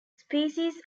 species